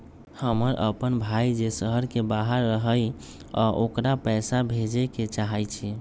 हमर अपन भाई जे शहर के बाहर रहई अ ओकरा पइसा भेजे के चाहई छी